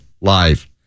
live